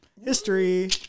History